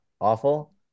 awful